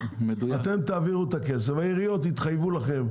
אתם תעבירו את הכסף והעיריות יתחייבו לכם,